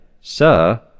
Sir